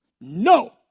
No